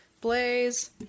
Blaze